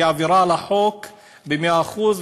עבירה על החוק במאה אחוז,